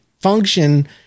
function